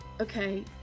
okay